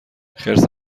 خرس